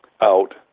out